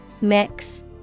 Mix